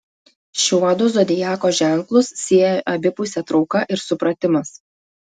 šiuodu zodiako ženklus sieja abipusė trauka ir supratimas